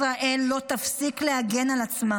ישראל לא תפסיק להגן על עצמה.